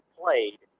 played